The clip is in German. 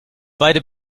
beide